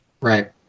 Right